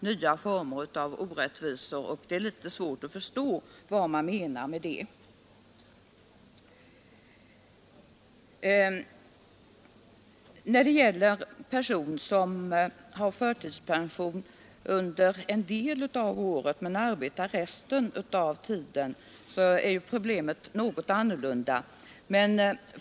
Det är litet svårt att förstå vad kommittén menar med det. För personer som har förtidspension under en del av året men arbetar resten av tiden är problemet något annorlunda.